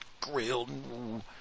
grilled